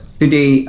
today